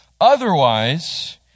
Otherwise